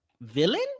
villain